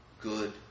good